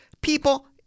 people